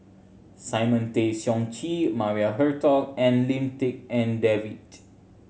Simon Tay Seong Chee Maria Hertogh and Lim Tik En David